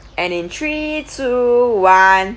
and in three two one